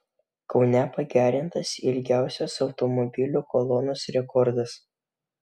kaune pagerintas ilgiausios automobilių kolonos rekordas